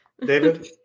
David